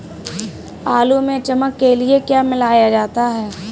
आलू में चमक के लिए क्या मिलाया जाता है?